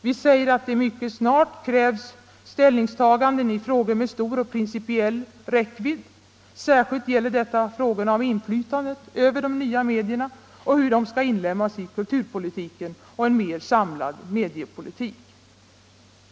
Vi säger att det mycket snart krävs ställningstaganden i frågor med stor och principiell räckvidd. Särskilt gäller detta frågorna om inflytandet över de nya medierna och hur de skall inlemmas i en mer samlad mediepolitik.